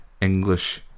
English